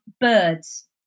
Birds